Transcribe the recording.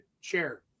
share